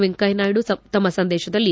ವೆಂಕಯ್ಥನಾಯ್ದು ತಮ್ಮ ಸಂದೇಶದಲ್ಲಿ